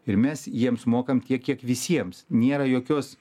ir mes jiems mokam tiek kiek visiems nėra jokios